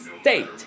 State